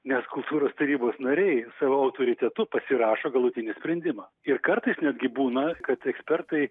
nes kultūros tarybos nariai savo autoritetu pasirašo galutinį sprendimą ir kartais netgi būna kad ekspertai